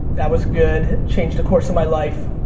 that was good, changed the course of my life.